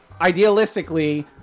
idealistically